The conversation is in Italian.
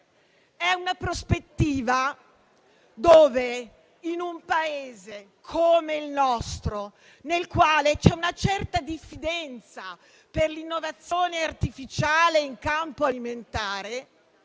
È una prospettiva in cui, in un Paese come il nostro, nel quale c'è una certa diffidenza per l'innovazione artificiale in campo alimentare,